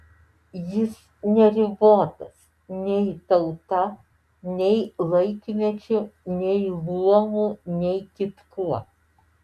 jis neribotas nei tauta nei laikmečiu nei luomu nei kitkuo